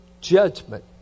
judgment